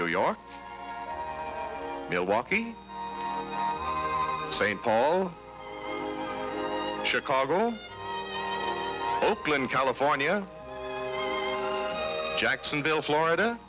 new york milwaukee st paul chicago oakland california jacksonville florida